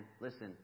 listen